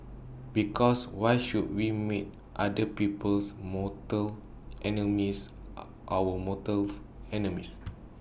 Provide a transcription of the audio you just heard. because why should we make other people's mortal enemies our mortals enemies